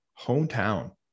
hometown